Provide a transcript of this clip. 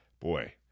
Boy